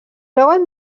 veuen